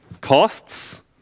costs